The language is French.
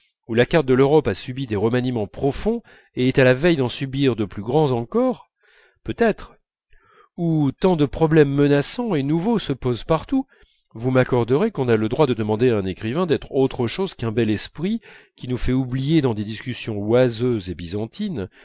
où la carte de l'europe a subi des remaniements profonds et est à la veille d'en subir de plus grands encore peut-être où tant de problèmes menaçants et nouveaux se posent partout vous m'accorderez qu'on a le droit de demander à un écrivain d'être autre chose qu'un bel esprit qui nous fait oublier dans des discussions oiseuses et byzantines